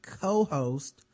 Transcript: co-host